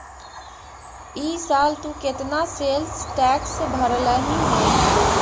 ई साल तु केतना सेल्स टैक्स भरलहिं हे